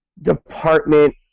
Department